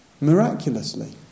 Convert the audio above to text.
miraculously